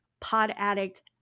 Podaddict